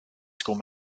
school